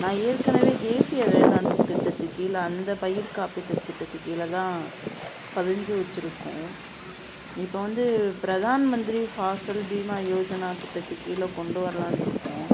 நான் ஏற்கனவே தேசிய வேளாண் திட்டத்து கீழே அந்த பயிர் காப்பீட்டு திட்டத்து கீழே தான் பதிஞ்சு வச்சுருக்கோம் இப்போ வந்து பிரதான் மந்திரி ஃபாசல் பீமா யோஜனா திட்டத்து கீழே கொண்டு வரலான்ருக்கோம்